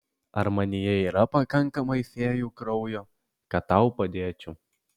ar manyje yra pakankamai fėjų kraujo kad tau padėčiau